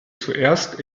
zuerst